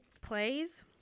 plays